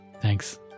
Thanks